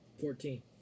Fourteen